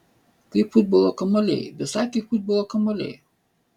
kaip futbolo kamuoliai visai kaip futbolo kamuoliai